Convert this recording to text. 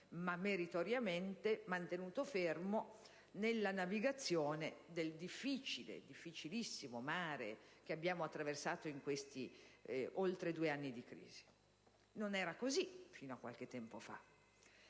(ma meritoriamente) mantenuto fermo nella navigazione del difficile, difficilissimo mare che abbiamo attraversato in questi oltre due anni di crisi. Non era così fino a qualche tempo fa.